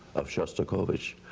of shostakovich,